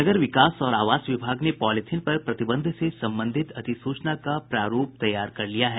नगर विकास और आवास विभाग ने पॉलीथिन पर प्रतिबंध से संबंधित अधिसूचना का प्रारूप तैयार कर लिया है